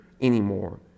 anymore